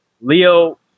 Leo